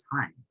time